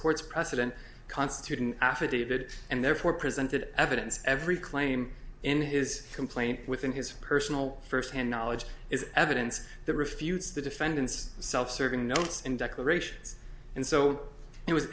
court's precedent constituted an affidavit and therefore presented evidence every claim in his complaint within his personal first hand knowledge is evidence that refutes the defendant's self serving notes and declarations and so it was